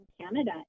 canada